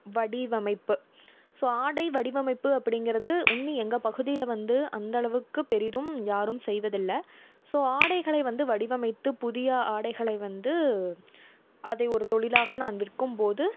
வடிவமைப்பு ஸோ ஆடை வடிவமைப்பு அப்படிங்கிறது இன்னும் எங்கள் பகுதியில் வந்து அந்த அளவுக்கு பெரிதும் யாரும் செய்வதில்லை ஸோ ஆடைகளை வந்து வடிவமைத்து புதிய ஆடைகளை வந்து அதை ஒரு தொழிலாக நான் விற்கும்போது